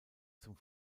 zum